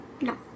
No